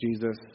Jesus